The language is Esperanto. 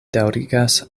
daŭrigas